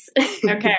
Okay